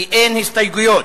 כי אין הסתייגויות.